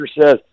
says